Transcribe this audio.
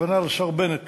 הכוונה לשר בנט